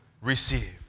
receive